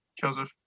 Joseph